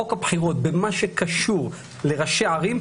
חוק הבחירות במה שקשור לראשי ערים,